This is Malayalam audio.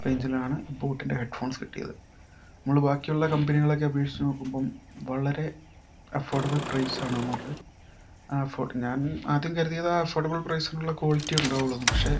റേഞ്ചിലാണ് ബോട്ടിൻ്റെ ഹെഡ്ഫോൺസ് കിട്ടിയത് നമ്മള് ബാക്കിയുള്ള കമ്പനികളെയൊക്കെ അപേക്ഷിച്ചു നോക്കുമ്പം വളരെ അഫോർഡബിൾ പ്രൈസാണ് നമ്മക്ക് അഫോർഡ് ഞാൻ ആദ്യം കരുതിയത് ആ അഫോർഡബിൾ പ്രൈസിനുള്ള ക്വാളിറ്റിയെ ഉണ്ടാവുകയുള്ളു പക്ഷെ